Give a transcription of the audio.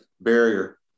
barrier